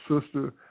sister